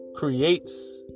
Creates